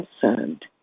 concerned